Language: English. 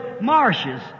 marshes